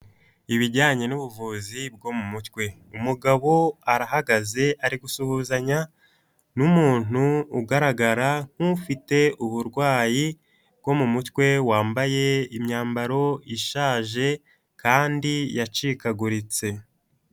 Ibijyanye n'ubuvuzi bwo mu mutwe, umugabo arahagaze ari gusuhuzanya n'umuntu ugaragara nk'ufite uburwayi bwo mu mutwe wambaye imyambaro ishaje kandi yacikaguritse.